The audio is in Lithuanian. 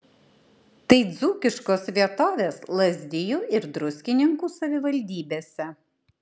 tai dzūkiškos vietovės lazdijų ir druskininkų savivaldybėse